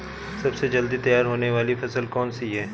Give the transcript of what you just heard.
सबसे जल्दी तैयार होने वाली फसल कौन सी है?